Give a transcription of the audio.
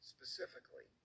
Specifically